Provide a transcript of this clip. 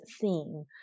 theme